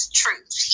truth